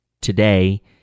Today